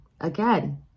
again